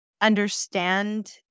understand